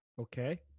Okay